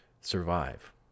survive